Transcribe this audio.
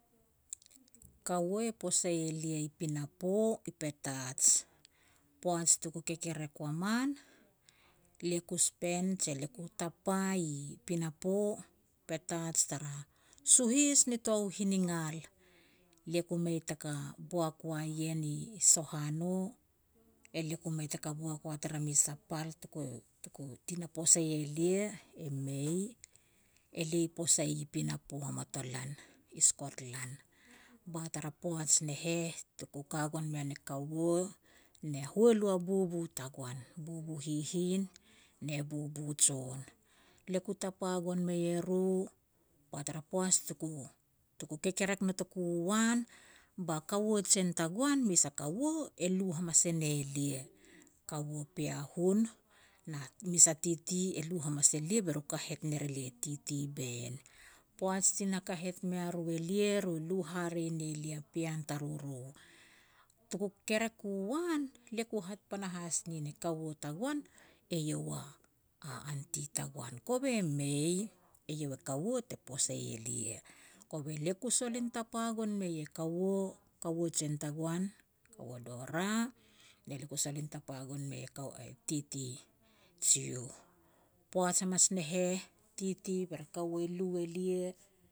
Kaua e posei elia i pinapo, i Petats. Poaj tuku kekerek wa man, lia ku spend je lia ku tapa i pinapo, Petats, tara suhis nitoa u hiningal. Elia ku mei taka boak wa ien i Sohano, elia ku mei taka boak wa tara mes a pal tuku-tuku tina posei e lia, e mei. Elia i posei i pinapo hamatolan, i Skotlan. Ba tara poaj ne heh, tuku ka goan mean e kaua, ne hualu a bubu tagoan, bubu hihin ne bubu jon. Lia ku tapa gon mei e ru ba tara poaj tuku-tuku kekerek notoku u an, ba kaua jen tagoan mes a kaua e lu hamas e ne lia, kaua Piahun na mes a titi e lu hamas elia be ru kahet ner elia, titi Ben. Poaj ti na kahet mea ru elia, ru lu hare ne lia pean taruru. Tuku kekerek u an, lia ku hat panahas nien e kaua tagoan, eiau a aunty tagoan, kove mei, eiau e kaua te posei elia. Kove lia ku solin tapa goan mei e kaua, kaua jen tagoan, kaua Dorah, ne lia ku solin tapa gon mei e titi Jiuh. Poaj hamanas ne heh, titi be re kaua i lu e lia